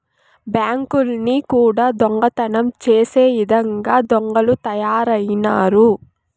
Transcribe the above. బ్యాంకుల్ని కూడా దొంగతనం చేసే ఇదంగా దొంగలు తయారైనారు